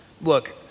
Look